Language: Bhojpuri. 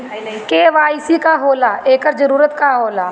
के.वाइ.सी का होला एकर जरूरत का होला?